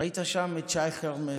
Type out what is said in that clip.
ראית שם את שי חרמש.